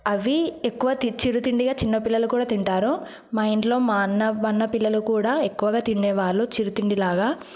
అవి ఎక్కువ చిరు తిండిగా చిన్న పిల్లలు కూడా తింటారు మా ఇంట్లో మా అన్న మా అన్న పిల్లలకు కూడా ఎక్కువగా తినేవాళ్లు చిరు తిండిలాగా